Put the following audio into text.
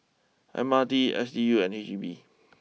M R T S D U and H E B